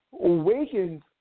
awakens